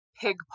pig